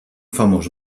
famós